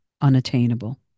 unattainable